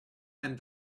and